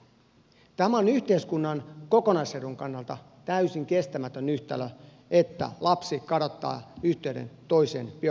tämä on yhteiskunnan kokonaisedun kannalta täysin kestämätön yhtälö että lapsi kadottaa yhteyden toiseen biologiseen vanhempaansa